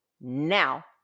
now